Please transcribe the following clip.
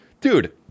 Dude